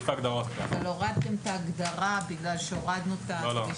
אבל הורדתם את ההגדרה כי הורדנו את ה-...